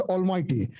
Almighty